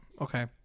Okay